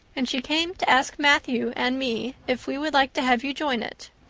and she came to ask matthew and me if we would like to have you join it.